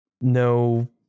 no